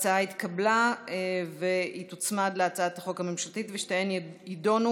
אני מוסיפה את חבר הכנסת גדי יברקן,